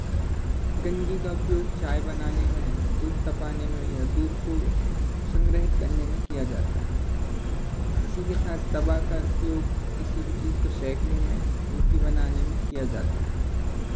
गंजी का प्रयोग चाय बनाने में दूध तपाने में या दूध को संग्रहित करने में किया जाता है इसी के साथ तवा का उपयोग किसी भी चीज़ को सेकने में रोटी बनाने में किया जाता है